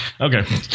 Okay